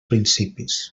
principis